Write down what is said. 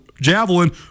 Javelin